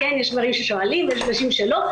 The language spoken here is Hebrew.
יש גברים ששואלים ויש נשים שלא,